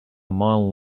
mile